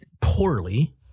poorly